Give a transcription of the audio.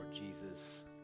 Jesus